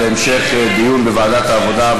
לוועדת העבודה,